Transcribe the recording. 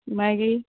मागीर